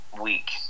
week